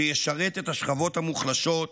שישרת את השכבות המוחלשות,